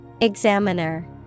Examiner